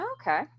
Okay